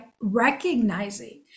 recognizing